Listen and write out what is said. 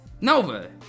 Nova